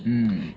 mmhmm